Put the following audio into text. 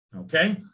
Okay